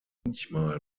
manchmal